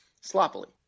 sloppily